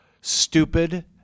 stupid